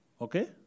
Okay